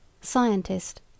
scientist